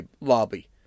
lobby